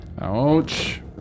Ouch